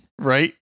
right